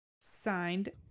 signed